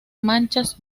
manchas